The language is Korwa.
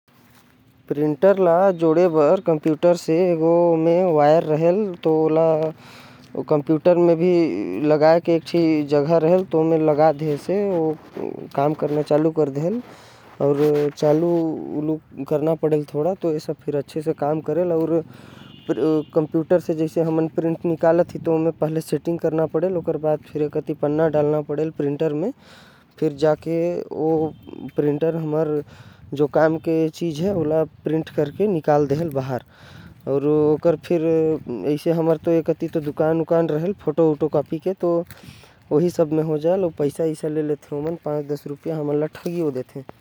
प्रिंटर के तार मन ल कंप्यूटर म जोड़ना पढेल। ओकर बाद थोड़ा सेटिंग करना पढ़ेल ओकर बाद प्रिंटर चले लगेल। प्रिंट करे बर ओकर म कागज़ डालना पड़ेल अउ। सेटिंग म प्रिंट देहे के बाद प्रिंट हो जाथे।